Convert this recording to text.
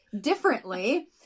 differently